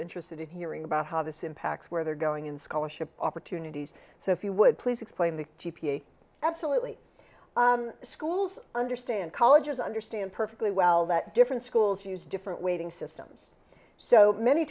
interested in hearing about how this impacts where they're going in scholarship opportunities so if you would please explain the g p a absolutely schools understand colleges understand perfectly well that different schools use different weighting systems so many